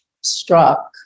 struck